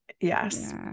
yes